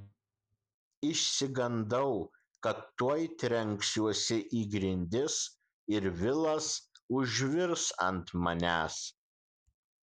išsigandau kad tuoj trenksiuosi į grindis ir vilas užvirs ant manęs